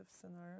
scenario